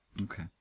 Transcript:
Okay